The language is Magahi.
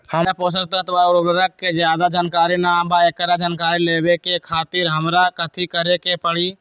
हमरा पोषक तत्व और उर्वरक के ज्यादा जानकारी ना बा एकरा जानकारी लेवे के खातिर हमरा कथी करे के पड़ी?